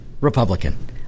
Republican